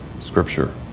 Scripture